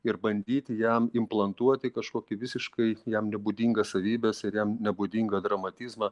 ir bandyti jam implantuoti kažkokį visiškai jam nebūdingas savybes ir jam nebūdingą dramatizmą